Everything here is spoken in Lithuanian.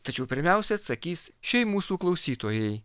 tačiau pirmiausia atsakys šiai mūsų klausytojai